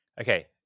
Okay